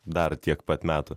dar tiek pat metų